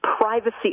privacy